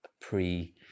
pre